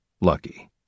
lucky